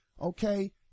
Okay